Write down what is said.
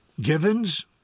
Givens